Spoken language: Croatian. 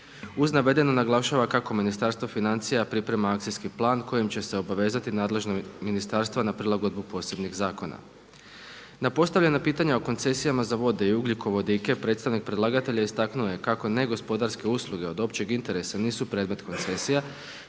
Uz navedeno naglašava kako Ministarstvo financija priprema akcijski plan kojim će se obavezati nadležna ministarstva na prilagodbu posebnih zakona. Na postavljena pitanja o koncesijama za vode i ugljikovodike predstavnik predlagatelja istaknuo je kako ne gospodarske usluge od općeg interesa nisu predmet koncesija,